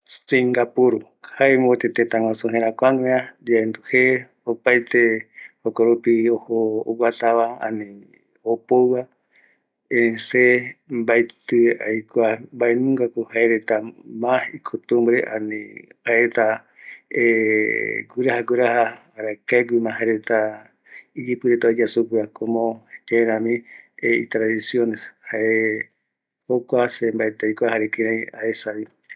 Singapur pegua reta kua retako jeko jae oyea reta apo chino jare malayo jei supeva jare india jareta yoguɨreko kmopeti rami jare jaereta iaretevi jare oimevi opa oyoavɨavɨ reta jembimbota jare jeko retaeteiviko opa oyoavɨavɨ jukurai kuareta yoguɨreko